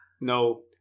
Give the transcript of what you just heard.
No